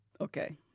okay